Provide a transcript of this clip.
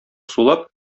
сулап